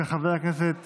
של חברי הכנסת